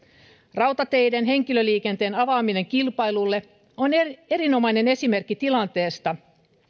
rautateiden henkilöliikenteen avaaminen kilpailulle on erinomainen esimerkki tilanteesta